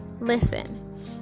listen